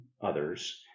others